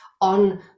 on